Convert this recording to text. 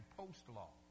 post-law